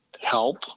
help